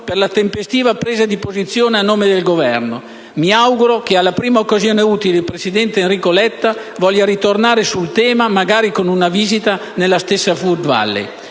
per la tempestiva presa di posizione a nome del Governo. Mi auguro che, alla prima occasione utile, il presidente Enrico Letta voglia ritornare sul tema, magari con una visita nella stessa *food valley*.